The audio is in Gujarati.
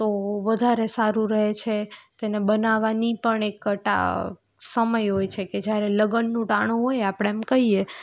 તો વધારે સારું રહે છે તેને બનાવવાની પણ એક સમય હોય છે કે જ્યારે લગ્નનું ટાણું હોય આપણે આમ કહીએ